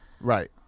right